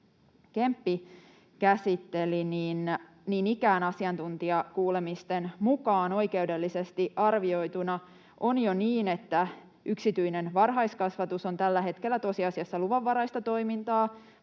Kemppi käsitteli: Niin ikään asiantuntijakuulemisten mukaan oikeudellisesti arvioituna on jo niin, että yksityinen varhaiskasvatus on tällä hetkellä tosiasiassa luvanvaraista toimintaa: